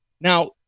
Now